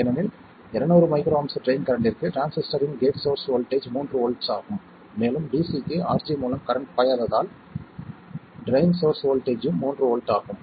ஏனெனில் 200 µA drain கரண்ட்டிற்கு டிரான்சிஸ்டரின் கேட்ஸ் சோர்ஸ் வோல்ட்டேஜ் மூன்று வோல்ட் ஆகும் மேலும் dc க்கு RG மூலம் கரண்ட் பாயாததால் ட்ரைன் சோர்ஸ் வோல்ட்டேஜ்ஜும் மூன்று வோல்ட் ஆகும்